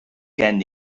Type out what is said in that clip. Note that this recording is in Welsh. gen